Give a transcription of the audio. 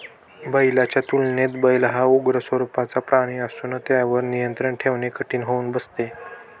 बैलाच्या तुलनेत बैल हा उग्र स्वरूपाचा प्राणी असून त्यावर नियंत्रण ठेवणे कठीण होऊन बसते